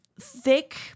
thick